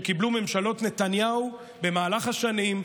שורת ההחלטות שקיבלו ממשלות נתניהו במהלך השנים,